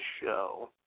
show